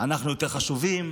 אנחנו יותר חשובים,